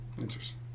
Interesting